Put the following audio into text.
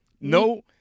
No